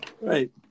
Right